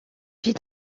vit